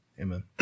Amen